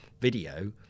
Video